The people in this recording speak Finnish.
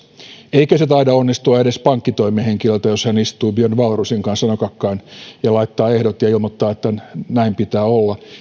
eikä se taida onnistua edes pankkitoimihenkilöltä jos hän istuu björn wahlroosin kanssa nokakkain ja laittaa ehdot ja ilmoittaa että näin pitää olla